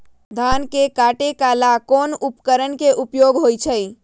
धान के काटे का ला कोंन उपकरण के उपयोग होइ छइ?